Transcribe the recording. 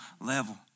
level